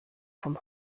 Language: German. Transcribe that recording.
vom